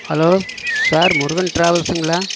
hello sir Murugan ட்ராவல்ஸுங்களா